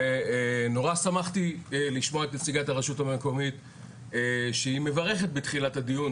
ונורא שמחתי לשמוע את נציגת הרשות המקומית שמברכת בתחילת הדיון